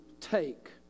take